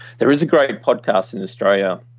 there is a great podcast in australia,